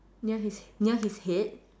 near his near his head